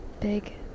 big